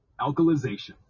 alkalization